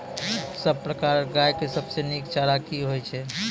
सब प्रकारक गाय के सबसे नीक चारा की हेतु छै?